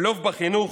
בלוף בחינוך,